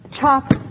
chop